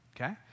Okay